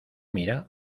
mira